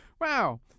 wow